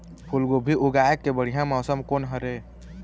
फूलगोभी उगाए के बढ़िया मौसम कोन हर ये?